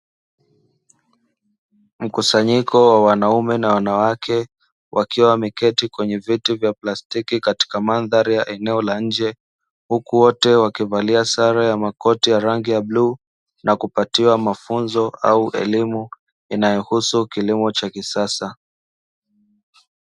Mkusanyiko wa wanaume na wanawake, wakiwa wameketi kwenye viti vya plastiki katika mandhari ya eneo la nje, huku wote wakivalia sare ya makoti ya rangi ya bluu na kupatiwa mafunzo au elimu inayohusu kilimo cha kisasa.